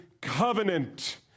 covenant